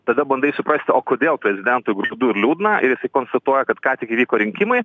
tada bandai suprasti o kodėl prezidentui graudu ir liūdna ir konstatuoja kad ką tik įvyko rinkimai